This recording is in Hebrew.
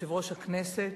יושב-ראש הכנסת,